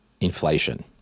inflation